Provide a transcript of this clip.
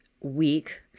week